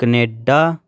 Canada